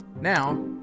Now